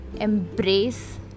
Embrace